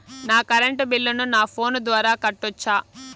నా కరెంటు బిల్లును నా ఫోను ద్వారా కట్టొచ్చా?